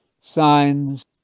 signs